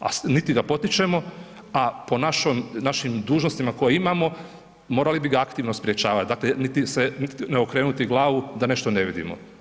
a niti ga potičemo, a po našim dužnostima koje imamo morali bi ga aktivno sprječavat, dakle niti ne okrenuti glavu da nešto ne vidimo.